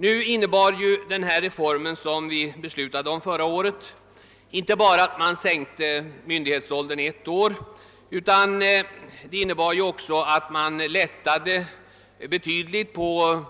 Nu innebar den reform vi fattade beslut om förra året inte bara att myndighetsåldern sänktes med ett år utan i vissa avseenden även att man betydligt ökade